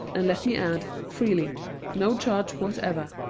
and let me add, freely no charge whatever.